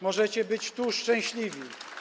Możecie być tu szczęśliwi.